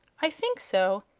i think so.